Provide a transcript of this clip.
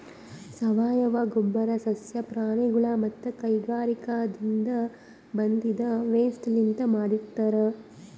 ಸಾವಯವ ಗೊಬ್ಬರ್ ಸಸ್ಯ ಪ್ರಾಣಿಗೊಳ್ ಮತ್ತ್ ಕೈಗಾರಿಕಾದಿನ್ದ ಬಂದಿದ್ ವೇಸ್ಟ್ ಲಿಂತ್ ಮಾಡಿರ್ತರ್